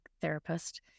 therapist